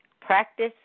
Practice